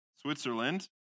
Switzerland